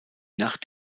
nacht